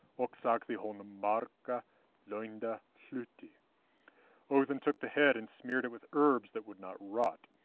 ok sagdi honum marga leynda hluti odinn took the head and smeared it with herbs that would not rot.